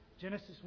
Genesis